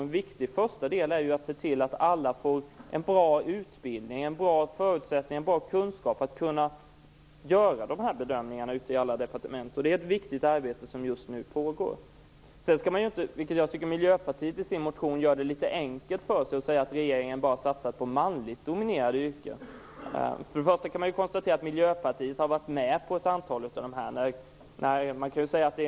En viktig första del är att se till att alla får en bra utbildning - bra kunskaper och bra förutsättningar - för att kunna göra dessa bedömningar ute i departementen. Det är ett viktigt arbete som pågår just nu. Jag tycker att man i Miljöpartiet gör det litet enkelt för sig när man i sin motion säger att regeringen bara har satsat på yrken som domineras av män. Vi kan konstatera att Miljöpartiet har varit med på ett antal av dessa beslut.